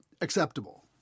acceptable